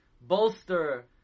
bolster